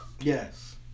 Yes